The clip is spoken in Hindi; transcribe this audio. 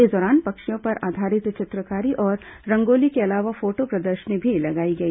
इस दौरान पक्षियों पर आधारित चित्रकारी और रंगोली के अलावा फोटो प्रदर्शनी भी लगाई गई